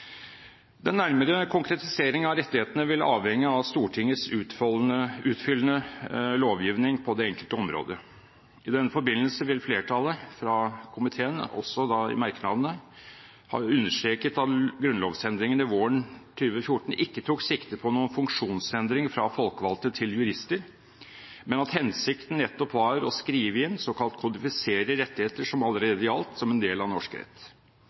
Den nærmere konkretisering av rettighetene vil avhenge av Stortingets utfyllende lovgivning på det enkelte område. I den forbindelse vil flertallet fra komiteen – også da i merknadene – ha understreket at grunnlovsendringene våren 2014 ikke tok sikte på noen funksjonsendring fra folkevalgte til jurister, men at hensikten nettopp var å skrive inn, såkalt kodifisere, rettigheter som allerede gjaldt som del av norsk rett.